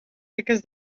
because